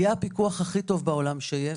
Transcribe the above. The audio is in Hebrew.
יהיה הפיקוח הכי טוב בעולם שיהיה,